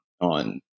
on